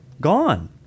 gone